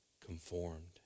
conformed